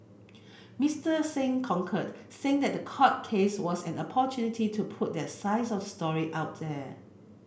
Mister Singh concurred saying that the court case was an opportunity to put their sides of the story out there